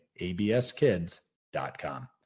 abskids.com